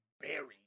buried